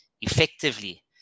effectively